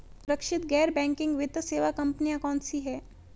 सुरक्षित गैर बैंकिंग वित्त सेवा कंपनियां कौनसी हैं?